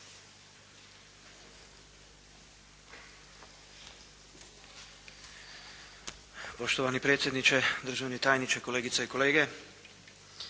Poštovani predsjedniče, državni tajniče, kolegice i kolege.